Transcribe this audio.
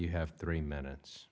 you have three minutes